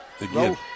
Again